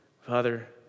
Father